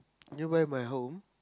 nearby my home